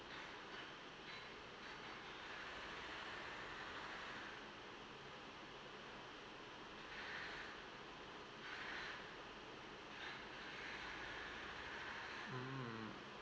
mm